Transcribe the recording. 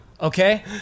Okay